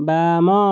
ବାମ